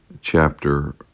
chapter